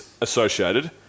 associated